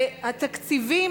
התקציבים,